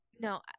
no